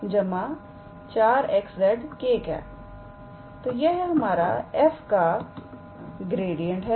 तो यह हमारा f का ग्रेडियंट है